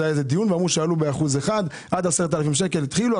זה היה איזה דיון ואמרו שהעלו באחוז אחד עד 10,000 שקלים התחילו.